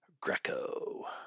Greco